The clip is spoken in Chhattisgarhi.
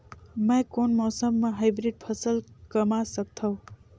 मै कोन मौसम म हाईब्रिड फसल कमा सकथव?